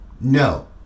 no